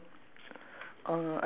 ya I say the next one okay